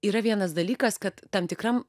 yra vienas dalykas kad tam tikram